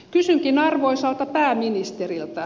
kysynkin arvoisalta pääministeriltä